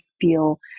feel